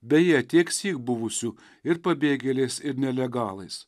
beje tiek syk buvusių ir pabėgėliais ir nelegalais